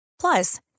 Plus